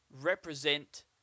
represent